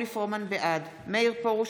בעד מאיר פרוש,